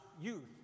youth